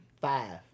Five